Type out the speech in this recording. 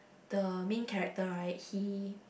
the main character right he